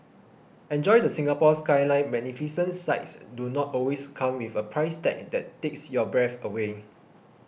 enjoy the Singapore Skyline Magnificent sights do not always come with a price tag that takes your breath away